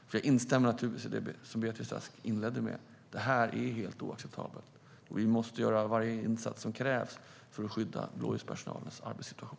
För jag instämmer naturligtvis i det som Beatrice Ask inledde med, nämligen att detta är helt oacceptabelt. Vi måste göra varje insats som krävs för att skydda blåljuspersonalens arbetssituation.